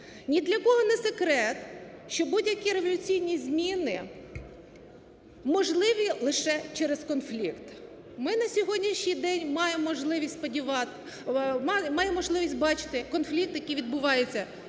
Ні для кого не секрет, що будь-які революційні зміни можливі лише через конфлікт. Ми на сьогоднішній день маємо можливість бачити конфлікт, який відбувається